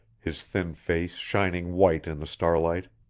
his thin face shining white in the starlight.